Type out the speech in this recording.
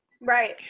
Right